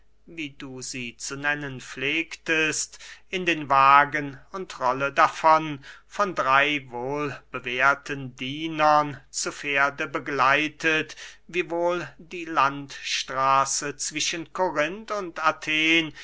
wie du sie zu nennen pflegtest in den wagen und rolle davon von drey wohl bewehrten dienern zu pferde begleitet wiewohl die landstraße zwischen korinth und athen